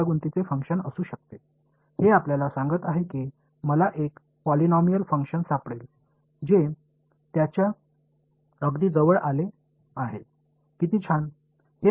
இது உங்களுக்கு என்ன சொல்கிறது என்றால் இந்த பையனை மிக நன்றாக மதிப்பிடும் ஒரு பாலினாமியல் செயல்பாட்டை நான் உங்களுக்கு கண்டுபிடிக்க முடியும்